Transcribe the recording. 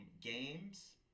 games